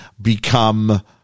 become